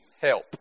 help